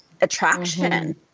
attraction